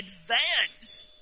advance